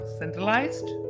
centralized